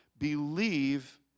Believe